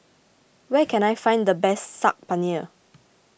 where can I find the best Saag Paneer